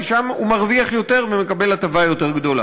כי שם הוא מרוויח יותר ומקבל הטבה יותר גדולה.